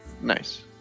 Nice